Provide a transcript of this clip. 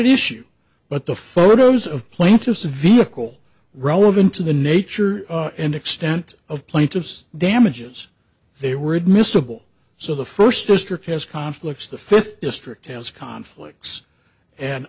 an issue but the photos of plaintiff's vehicle relevant to the nature and extent of plaintiff's damages they were admissible so the first district has conflicts the fifth district has conflicts and